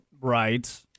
Right